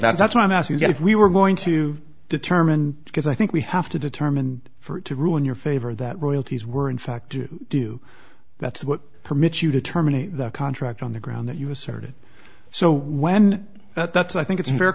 that's what i'm asking if we were going to determine because i think we have to determine for it to ruin your favor that royalties were in fact to do that's what permits you to terminate the contract on the ground that you asserted so when that's i think it's a fair